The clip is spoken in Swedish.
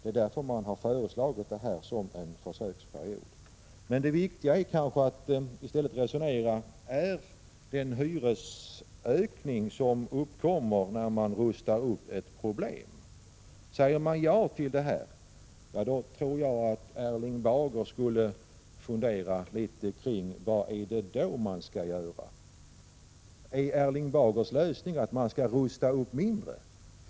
Det är just därför som man har föreslagit att detta skall gälla under en försöksperiod. Kanske är det av vikt att i stället fråga sig: Är den hyresökning som uppkommer vid upprustning verkligen ett problem? Säger man att det ett problem, tror jag att Erling Bager skulle behöva fundera litet på vad man då skall göra. Menar Erling Bager att lösningen är att man skall rusta upp mindre?